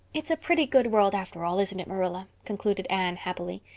it's a pretty good world, after all, isn't it, marilla? concluded anne happily.